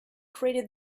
created